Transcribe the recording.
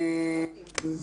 שלום.